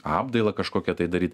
apdailą kažkokią tai daryt